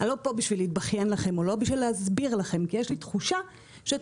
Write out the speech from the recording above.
אני לא פה בשביל להתבכיין לכם אלא בשביל להסביר לכם כי יש לי תחושה שאתם